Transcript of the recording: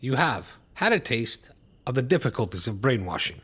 you have had a taste of the difficulties of brainwashing